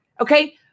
Okay